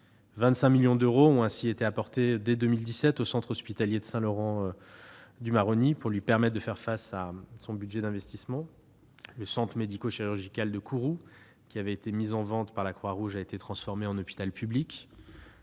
25 millions d'euros ont été attribués dès 2017 au centre hospitalier de Saint-Laurent-du-Maroni pour lui permettre de faire face à son budget d'investissement. Le centre médico-chirurgical de Kourou, mis en vente par la Croix-Rouge, a été transformé en hôpital public.